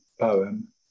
poem